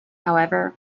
however